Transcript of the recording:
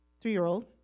three-year-old